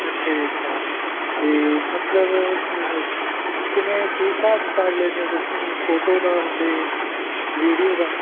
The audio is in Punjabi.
ਅੱਛਾ ਜੀ ਅੱਛਾ ਅਤੇ ਮਤਲਬ ਕਿਵੇਂ ਕੀ ਹਿਸਾਬ ਕਿਤਾਬ ਲੈਂਦੇ ਹੋ ਤੁਸੀਂ ਫੋਟੋ ਦਾ ਅਤੇ ਵੀਡੀਓ ਦਾ